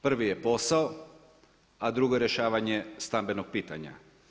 Prvi je posao, a drugo je rješavanje stambenog pitanja.